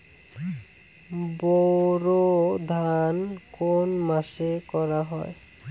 বোরো ধান কোন মাসে করা হয়?